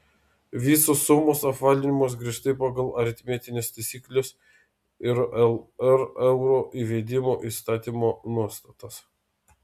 visos sumos apvalinamos griežtai pagal aritmetines taisykles ir lr euro įvedimo įstatymo nuostatas